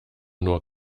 nur